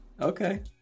Okay